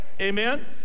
Amen